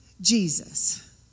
Jesus